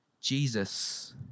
Jesus